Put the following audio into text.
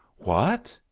what,